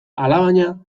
alabaina